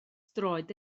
droed